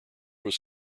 was